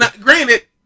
granted